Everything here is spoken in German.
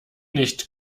nicht